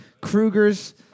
Krueger's